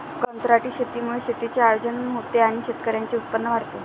कंत्राटी शेतीमुळे शेतीचे आयोजन होते आणि शेतकऱ्यांचे उत्पन्न वाढते